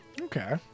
Okay